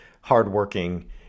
hardworking